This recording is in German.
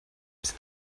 sind